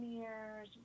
years